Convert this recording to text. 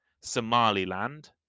Somaliland